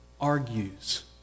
argues